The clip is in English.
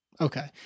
Okay